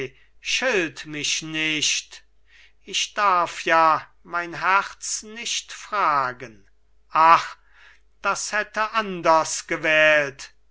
schilt mich nicht ich darf ja mein herz nicht fragen ach das hätte anders gewählt